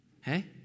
Hey